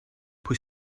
pwy